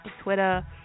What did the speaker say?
Twitter